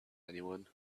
anyone